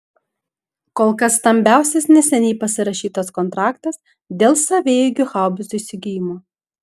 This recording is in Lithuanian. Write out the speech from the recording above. kol kas stambiausias neseniai pasirašytas kontraktas dėl savaeigių haubicų įsigijimo